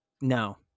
No